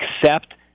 accept